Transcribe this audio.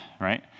right